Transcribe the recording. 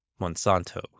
Monsanto